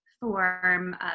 form